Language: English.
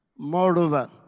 Moreover